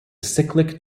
cyclic